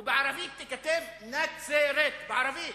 ובערבית ייכתב "נצרת" בערבית.